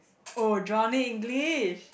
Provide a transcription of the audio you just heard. oh Johnny-English